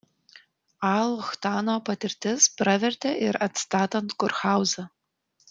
a luchtano patirtis pravertė ir atstatant kurhauzą